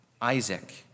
Isaac